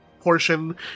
portion